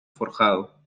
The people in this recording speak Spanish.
forjado